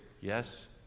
Yes